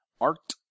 Art